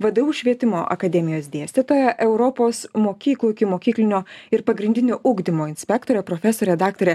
vdu švietimo akademijos dėstytoja europos mokyklų ikimokyklinio ir pagrindinio ugdymo inspektorė profesorė daktarė